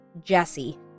Jesse